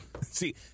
See